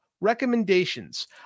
recommendations